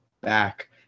back